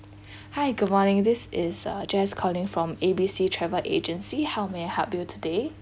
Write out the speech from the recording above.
hi good morning this is uh jess calling from A B C travel agency how may I help you today